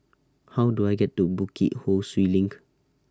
How Do I get to Bukit Ho Swee LINK